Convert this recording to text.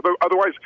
Otherwise